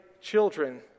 children